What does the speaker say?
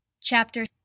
Chapter